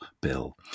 Bill